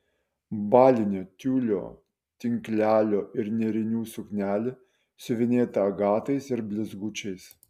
balinė tiulio tinklelio ir nėrinių suknelė siuvinėta agatais ir blizgučiais